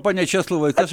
pone česlovai kas